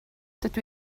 dydw